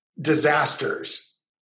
disasters